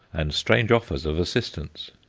and strange offers of assistance.